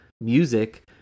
music